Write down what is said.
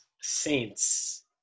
Saints